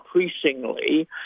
increasingly